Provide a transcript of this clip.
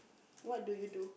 what do you do